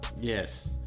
Yes